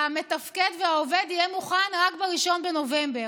המתפקד והעובד, יהיה מוכן רק ב-1 בנובמבר,